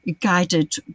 guided